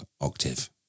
octave